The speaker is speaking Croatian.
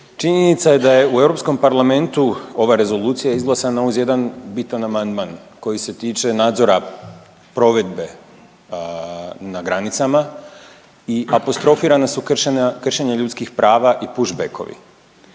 činjenica je da je u Europskom parlamentu ova rezolucija izglasana uz jedan bitan amandman koji se tiče nadzora provedbe na granicama i apostrofirana su kršenja hrvatskih prava i push backovi,